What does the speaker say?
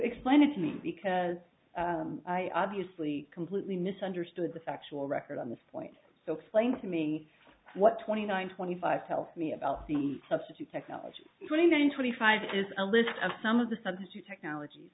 explain it to me because i obviously completely misunderstood the factual record on this point so plain to me what twenty nine twenty five tell me about the substitute technology twenty nine twenty five is a list of some of the subs you technologies